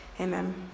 Amen